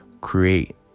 create